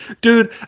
dude